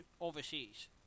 overseas